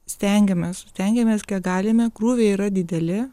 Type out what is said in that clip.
stengiamės stengiamės kiek galime krūviai yra dideli